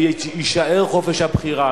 ויישאר חופש הבחירה,